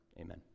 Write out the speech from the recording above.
amen